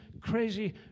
crazy